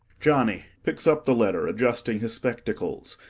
johnny picks up the letter, adjusting his spectacles.